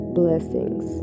blessings